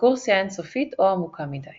רקורסיה אינסופית או עמוקה מדי